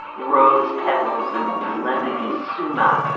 rose petals and lemony sumac.